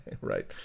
right